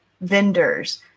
vendors